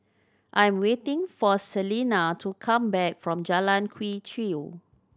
I'm waiting for Selena to come back from Jalan Quee Chew